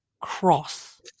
cross